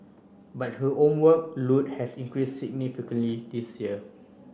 but her homework load has increase significantly this year